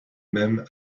même